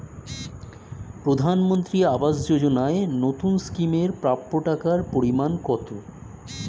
প্রধানমন্ত্রী আবাস যোজনায় নতুন স্কিম এর প্রাপ্য টাকার পরিমান কত?